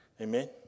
Amen